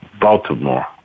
Baltimore